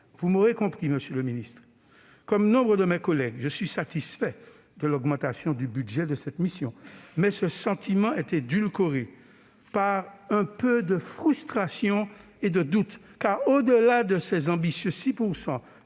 Vous l'aurez compris, monsieur le ministre, comme nombre de mes collègues, je suis satisfait de l'augmentation du budget de cette mission. Ce sentiment est toutefois édulcoré par un peu de frustration et de doute. Au-delà de cette ambitieuse